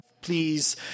Please